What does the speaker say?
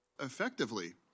Effectively